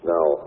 Now